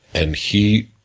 and, he